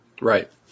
Right